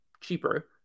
cheaper